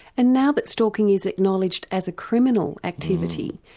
and now that stalking is acknowledged as a criminal activity,